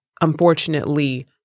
unfortunately